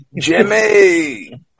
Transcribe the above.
Jimmy